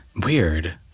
Weird